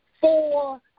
four